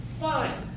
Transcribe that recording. fine